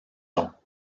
ans